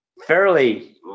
fairly